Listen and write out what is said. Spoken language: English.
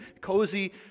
cozy